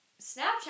Snapchat